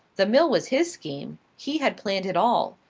the mill was his scheme. he had planned it all.